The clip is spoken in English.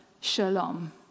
shalom